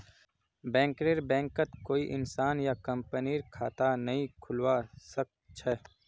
बैंकरेर बैंकत कोई इंसान या कंपनीर खता नइ खुलवा स ख छ